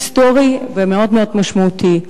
היסטורי ומאוד משמעותי.